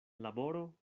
laboro